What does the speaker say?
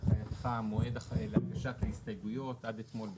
בהנחייתך אנחנו קצבנו מועד להגשת ההסתייגויות עד אתמול בשש,